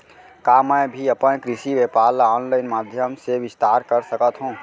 का मैं भी अपन कृषि व्यापार ल ऑनलाइन माधयम से विस्तार कर सकत हो?